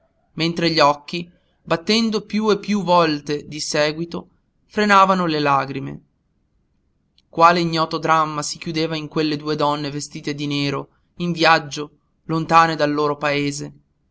mentre gli occhi battendo piú e piú volte di seguito frenavano le lagrime quale ignoto dramma si chiudeva in quelle due donne vestite di nero in viaggio lontane dal loro paese